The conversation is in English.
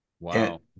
Wow